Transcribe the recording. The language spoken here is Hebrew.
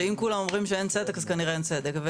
שאם כולם אומרים שאין צדק אז כנראה אין צדק.